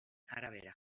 arabera